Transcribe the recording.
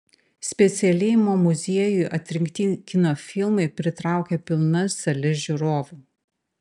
specialiai mo muziejui atrinkti kino filmai pritraukia pilnas sales žiūrovų